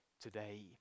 today